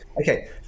okay